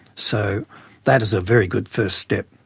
so that is a very good first step.